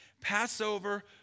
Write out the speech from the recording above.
Passover